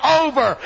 over